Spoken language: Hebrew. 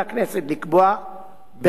בהליך חקיקה מחודש